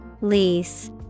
Lease